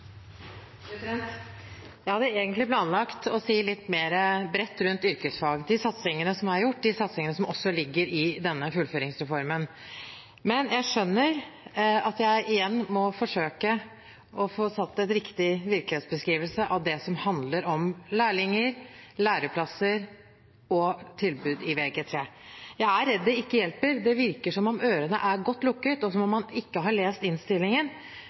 gjort, og de satsingene som ligger i denne fullføringsreformen, men jeg skjønner at jeg igjen må forsøke å få gitt en riktig virkelighetsbeskrivelse av det som handler om lærlinger, læreplasser og tilbud i Vg3. Jeg er redd det ikke hjelper, for det virker som om ørene er godt lukket, og som om man ikke har lest innstillingen,